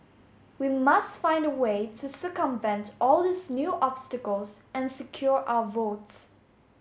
we must find a way to circumvent all these new obstacles and secure our votes